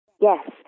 Yes